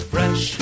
Fresh